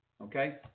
Okay